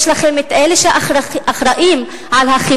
יש לכם את אלה שאחראים לחינוך,